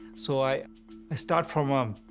so i, i start from um